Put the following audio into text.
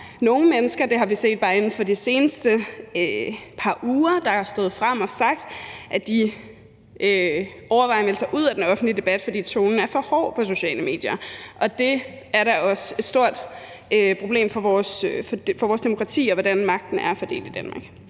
nogle mennesker – det har vi set bare inden for de seneste par uger – der er stået frem og sagt, at de overvejende går ud af den offentlige debat, fordi tonen er for hård på de sociale medier. Og det er da også et stort problem for vores demokrati og for, hvordan magten er fordelt i Danmark.